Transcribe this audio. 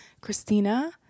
Christina